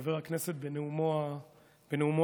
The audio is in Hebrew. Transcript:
חבר הכנסת בנאומו הראשון.